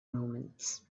moments